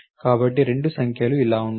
కాబట్టి 2 సంఖ్యలు ఇలా ఉండాలి